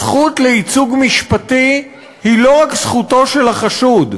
הזכות לייצוג משפטי היא לא רק זכותו של החשוד,